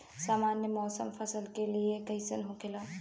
सामान्य मौसम फसल के लिए कईसन होखेला?